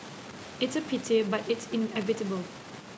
it's a pity but it's inevitable